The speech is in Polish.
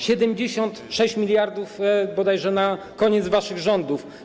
76 mld bodajże na koniec waszych rządów.